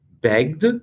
begged